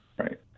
Right